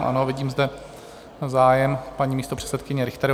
Ano, vidím zde zájem paní místopředsedkyně Richterové.